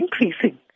increasing